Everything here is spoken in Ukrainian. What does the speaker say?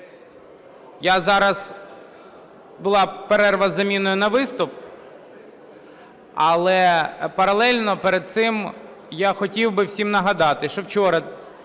до зали. Була перерва із заміною на виступ. Але паралельно перед цим я хотів би всім нагади, що вчора